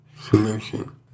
solution